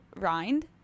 rind